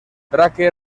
drake